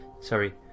sorry